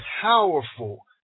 powerful